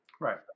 Right